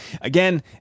Again